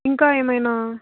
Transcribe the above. ఇంకా ఏమైనా